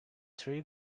three